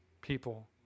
people